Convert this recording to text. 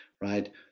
right